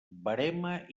verema